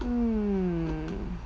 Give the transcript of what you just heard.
mmhmm